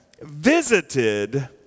visited